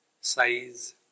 size